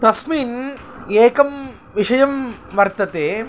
तस्मिन् एकं विषयं वर्तते